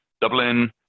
Dublin